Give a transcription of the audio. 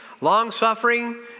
long-suffering